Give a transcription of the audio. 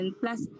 plus